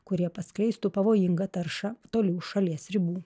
kurie paskleistų pavojingą taršą toli už šalies ribų